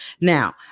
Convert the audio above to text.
Now